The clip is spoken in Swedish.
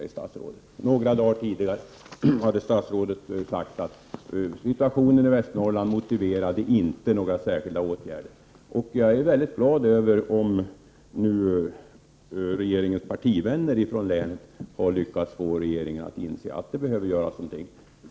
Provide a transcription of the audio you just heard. Några dagar tidigare hade statsrådet sagt att situationen i Västernorrland inte motiverade några särskilda åtgärder. Jag är mycket glad om det är så att regeringens partivänner ifrån länet har lyckats få regeringen att inse att det behöver göras någonting.